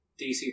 DC